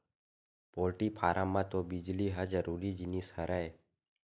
poultry farm म तो बिजली ह जरूरी जिनिस हरय